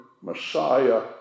Messiah